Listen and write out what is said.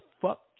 fuck